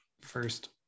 first